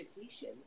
education